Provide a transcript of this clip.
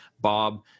Bob